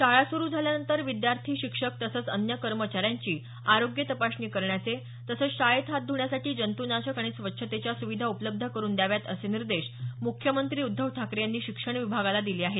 शाळा सुरु झाल्यानंतर विद्यार्थी शिक्षक तसंच अन्य कर्मचाऱ्यांची आरोग्य तपासणी करण्याचे तसंच शाळेत हात ध्रण्यासाठी जंतूनाशक आणि स्वच्छतेच्या सुविधा उपलब्ध करून द्याव्यात असे निर्देश मुख्यमंत्री उद्धव ठाकरे यांनी शिक्षण विभागाला दिले आहेत